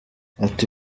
ati